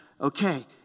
okay